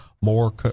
more